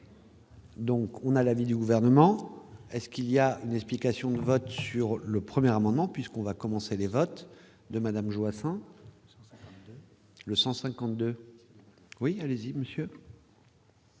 Donc, on a l'avis du gouvernement, est ce qu'il y a une explication de vote sur le 1er amendement puisqu'on va commencer les votes de Madame Joissains. Le 152 oui, allez-y monsieur.